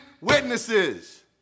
witnesses